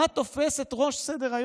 מה תופס את ראש סדר-היום?